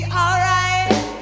alright